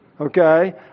okay